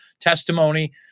testimony